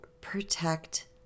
protect